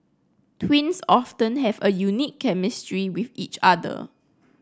twins often have a unique chemistry with each other